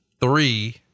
three